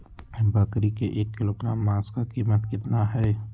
बकरी के एक किलोग्राम मांस का कीमत कितना है?